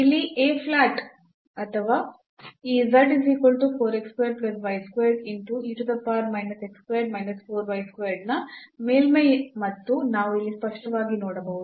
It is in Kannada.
ಇಲ್ಲಿ a ಪ್ಲಾಟ್ ಅಥವಾ ಈ ನ ಮೇಲ್ಮೈ ಮತ್ತು ನಾವು ಇಲ್ಲಿ ಸ್ಪಷ್ಟವಾಗಿ ನೋಡಬಹುದು